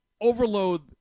overload